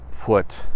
put